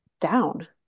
down